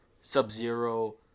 Sub-Zero